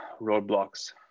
roadblocks